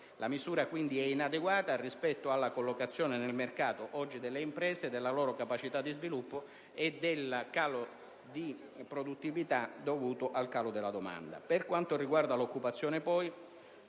La misura quindi è inadeguata rispetto alla odierna collocazione nel mercato delle imprese, alla loro capacità di sviluppo e al calo di produttività dovuto al calo della domanda. Per quanto riguarda l'occupazione,